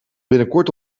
binnenkort